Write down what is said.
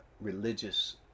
religious